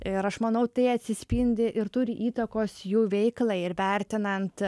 ir aš manau tai atsispindi ir turi įtakos jų veiklai ir vertinant